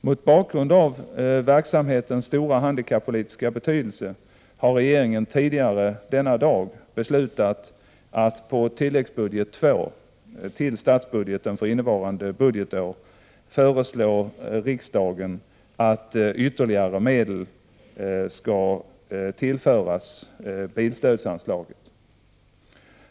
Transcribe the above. Mot bakgrund av verksamhetens stora handikappolitiska betydelse har regeringen tidigare denna dag beslutat att på tilläggsbudget II till statsbudgeten för innevarande budgetår föreslå riksdagen att ytterligare medel skall tillföras bilstödsanslaget.